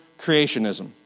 creationism